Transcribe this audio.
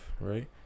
right